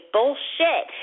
Bullshit